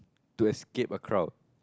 to escape a crowd